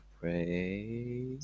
pray